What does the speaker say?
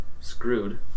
Screwed